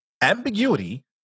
ambiguity